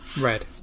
red